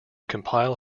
compile